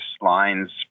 lines